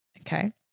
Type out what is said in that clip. okay